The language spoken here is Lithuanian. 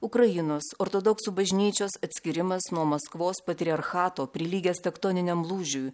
ukrainos ortodoksų bažnyčios atskyrimas nuo maskvos patriarchato prilygęs tektoniniam lūžiui